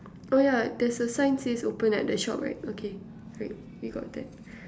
oh yeah there's a sign says open at the shop right okay great we got that